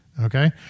okay